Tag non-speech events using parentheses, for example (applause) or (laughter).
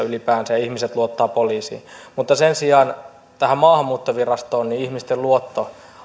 (unintelligible) ylipäänsä ihmiset luottavat poliisiin mutta sen sijaan tähän maahanmuuttovirastoon ihmisten luotto